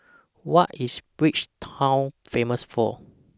What IS Bridgetown Famous For